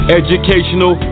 educational